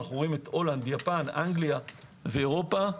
הולנד, יפן, אנגליה ואירופה,